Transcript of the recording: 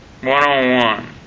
One-on-one